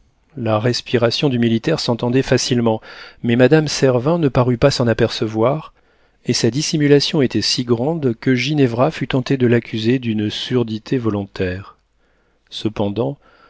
la respiration du militaire s'entendait facilement mais madame servin ne parut pas s'en apercevoir et sa dissimulation était si grande que ginevra fut tentée de l'accuser d'une surdité volontaire cependant